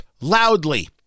loudly